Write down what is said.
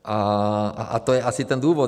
A to je asi ten důvod.